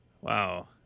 Wow